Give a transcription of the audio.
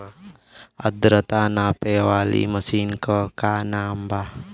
आद्रता नापे वाली मशीन क का नाव बा?